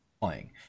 playing